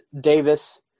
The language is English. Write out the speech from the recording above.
Davis